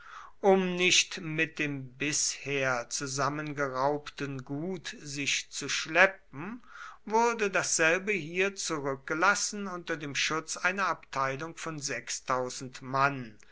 um nicht mit dem bisher zusammengeraubten gut sich zu schleppen wurde dasselbe hier zurückgelassen unter dem schutz einer abteilung von mann